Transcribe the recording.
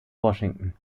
washington